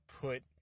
put